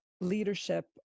leadership